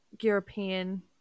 European